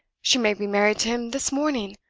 she may be married to him this morning!